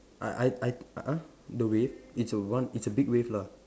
I I I uh uh the wave it's a one it's a big wave lah